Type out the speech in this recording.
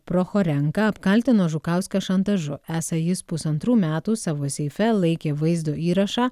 prochorenka apkaltino žukauską šantažu esą jis pusantrų metų savo seife laikė vaizdo įrašą